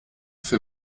für